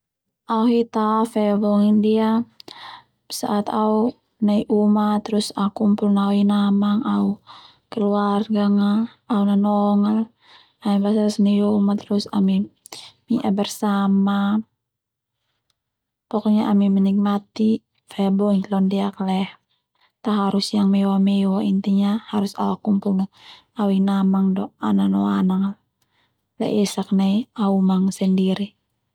Au hi tao au faibabongin ndia saat au nai uma terus au kumpul no au inamang au keluarganga ma au nanong al ami basa-basa nai uma terus ami mi'abersama, Pokoknya ami menikmati faibabongik londiak Leo ta harus yang mewah- mewah intinya harus au bakumpul no au inamang no au nanong anang laiesak nai uma sendiri.